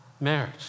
Marriage